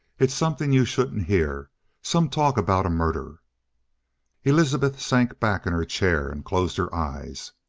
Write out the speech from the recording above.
it's something you shouldn't hear some talk about a murder elizabeth sank back in her chair and closed her eyes.